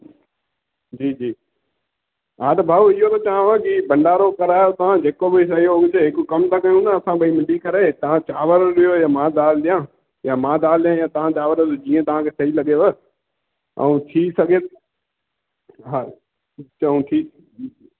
जी जी हा त भाऊ इहो थो चवांव की भंडारो करायो तव्हां जेको बि सहयोग हुजे हिकु कमु कयूं न असां ॿई मिली करे तव्हां चांवर ॾियो या मां दाल ॾियां या मां दाल ॾियां तव्हां चांवर जीअं तव्हांखे सही लॻेव ऐं थी सघे हा चङो ठीकु